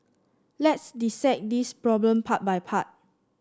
let's dissect this problem part by part